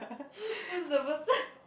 who's the person